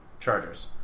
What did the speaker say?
Chargers